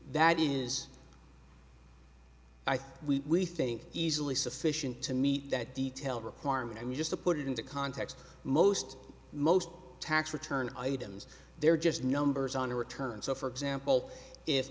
that is i think we think easily sufficient to meet that detail requirement i mean just to put it into context most most tax return items there are just numbers on a return so for example if